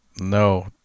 No